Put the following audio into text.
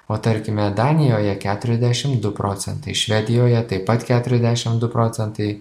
o tarkime danijoje keturiadešim du procentai švedijoje taip pat keturiadešim du procentai